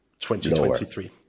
2023